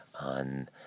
on